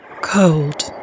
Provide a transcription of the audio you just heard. Cold